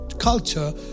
culture